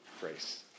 grace